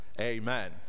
amen